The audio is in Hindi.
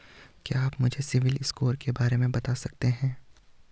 क्या आप मुझे सिबिल स्कोर के बारे में बता सकते हैं?